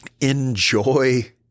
Enjoy